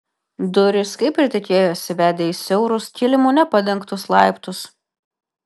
durys kaip ir tikėjosi vedė į siaurus kilimu nepadengtus laiptus